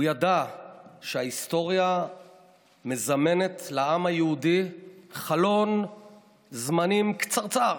הוא ידע שההיסטוריה מזמנת לעם היהודי חלון זמנים קצרצר